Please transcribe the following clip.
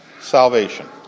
salvation